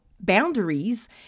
boundaries